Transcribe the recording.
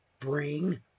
bring